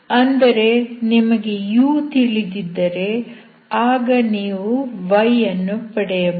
ಅಂದರೆ ನಿಮಗೆ u ತಿಳಿದಿದ್ದರೆ ಆಗ ನೀವು y ಅನ್ನು ಪಡೆಯಬಹುದು